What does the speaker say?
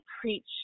preach